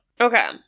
Okay